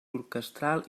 orquestral